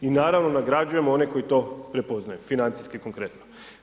I naravno nagrađujemo one koji to prepoznaju, financijski konkretno.